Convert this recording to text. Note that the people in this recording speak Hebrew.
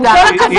עם כל הכבוד.